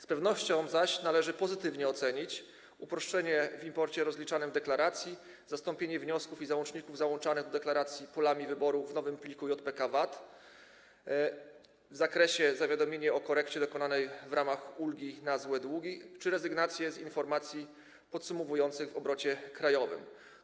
Z pewnością zaś należy pozytywnie ocenić uproszczenie w imporcie rozliczanym w deklaracji, zastąpienie wniosków i załączników załączanych do deklaracji polami wyboru w nowym pliku JPK_VAT, zawiadomienie o korekcie dokonanej w ramach ulgi na złe długi czy rezygnację z informacji podsumowujących w obrocie krajowym.